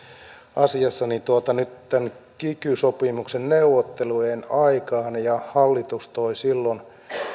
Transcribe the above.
asiassa tämän kiky sopimuksen neuvottelujen aikaan ja hallitus toi silloin